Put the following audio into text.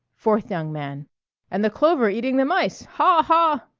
fourth young man and the clover eating the mice! haw! haw!